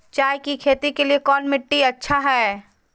चाय की खेती के लिए कौन मिट्टी अच्छा हाय?